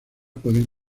pueden